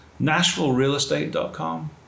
NashvilleRealEstate.com